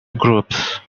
groups